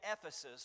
Ephesus